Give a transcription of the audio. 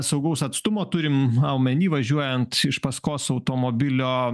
saugaus atstumo turim omeny važiuojant iš paskos automobilio